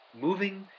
Moving